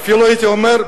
"אפילו הייתי אומר,